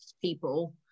people